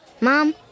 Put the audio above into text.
Mom